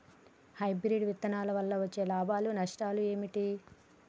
Hybrid విత్తనాల వల్ల వచ్చే లాభాలు నష్టాలు ఏమిటి?